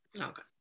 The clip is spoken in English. okay